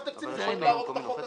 תקציבים יכולים להרוג את החוק הזה.